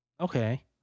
okay